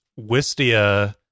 Wistia